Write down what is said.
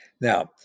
Now